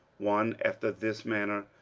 one after this manner,